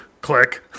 Click